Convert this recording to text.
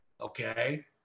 Okay